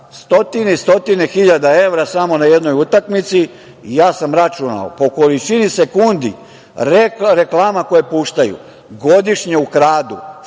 stotine i stotine hiljada evra samo na jednoj utakmici i ja sam računao – po količini sekundi reklama koje puštaju, godišnje ukradu